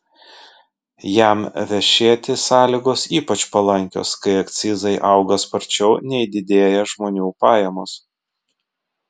jam vešėti sąlygos ypač palankios kai akcizai auga sparčiau nei didėja žmonių pajamos